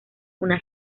una